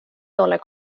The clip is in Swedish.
dollar